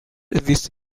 these